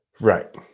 right